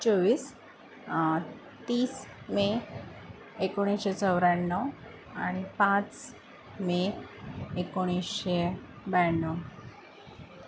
चोवीस तीस मे एकोणीसशे चौऱ्याण्णव आणि पाच मे एकोणीसशे ब्याण्णव